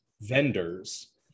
vendors